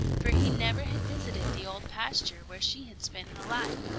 for he never had visited the old pasture where she had spent her life.